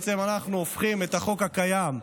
בעצם אנחנו הופכים את החוק הקיים,